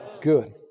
Good